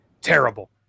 terrible